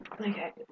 Okay